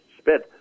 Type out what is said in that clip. spent